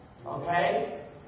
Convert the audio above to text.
Okay